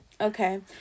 okay